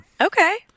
Okay